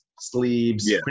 sleeves